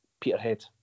Peterhead